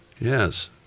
Yes